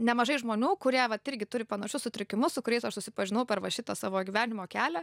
nemažai žmonių kurie vat irgi turi panašius sutrikimus su kuriais aš susipažinau per va šitą savo gyvenimo kelią